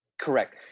Correct